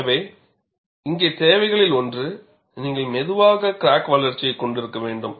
எனவே இங்கே தேவைகளில் ஒன்று நீங்கள் மெதுவாக கிராக் வளர்ச்சியைக் கொண்டிருக்க வேண்டும்